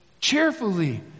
Cheerfully